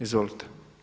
Izvolite.